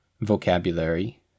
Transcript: vocabulary